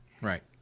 Right